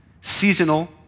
seasonal